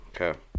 Okay